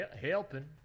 helping